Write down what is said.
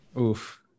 Oof